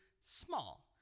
small